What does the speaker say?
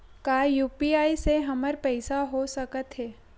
का यू.पी.आई से हमर पईसा हो सकत हे?